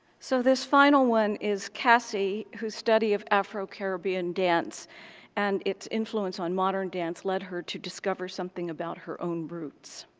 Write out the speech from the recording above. so this final one is cassie whose study of afro-caribbean dance and its influence on modern dance led her to discover something about her own roots.